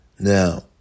Now